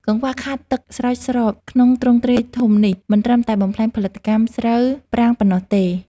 កង្វះខាតទឹកស្រោចស្រពក្នុងទ្រង់ទ្រាយធំនេះ មិនត្រឹមតែបំផ្លាញផលិតកម្មស្រូវប្រាំងប៉ុណ្ណោះទេ។